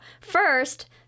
first